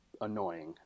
annoying